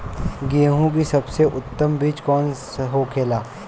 गेहूँ की सबसे उत्तम बीज कौन होखेला?